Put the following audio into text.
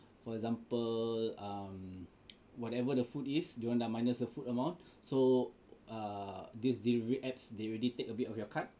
for example um whatever the food is dorang dah minus the food amount so err this delivery apps they alreally take a bit of your card